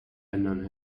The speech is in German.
ländern